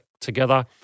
together